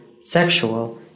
sexual